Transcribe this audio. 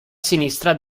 sinistra